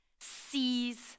Seize